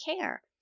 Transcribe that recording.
care